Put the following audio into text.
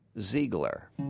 Ziegler